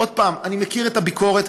עוד פעם, אני מכיר את הביקורת.